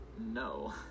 No